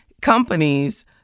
companies